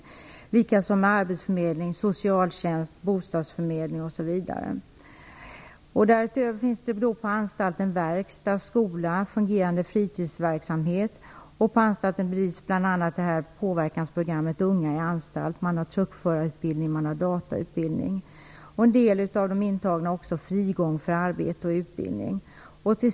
Detsamma gäller arbetsförmedling, socialtjänst, bostadsförmedling, osv. Därutöver finns på anstalten verkstad, skola och fungerande fritidsverksamhet. På anstalten bedrivs bl.a. påverkansprogrammet Unga i anstalt. Det finns truckförarutbildning och datautbildning, och en del av de intagna har också frigång för arbete och utbildning.